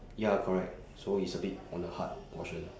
ya correct so it's a bit on the hard portion